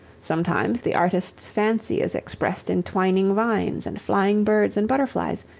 sometimes the artist's fancy is expressed in twining vines and flying birds and butterflies,